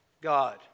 God